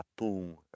atum